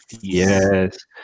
Yes